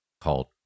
called